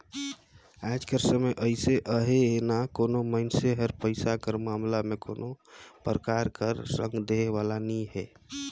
आएज कर समे अइसे अहे ना कोनो मइनसे हर पइसा कर मामला में कोनो परकार कर संग देहे वाला नी हे